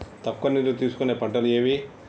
తక్కువ నీరు తీసుకునే పంటలు ఏవి?